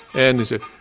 and they said,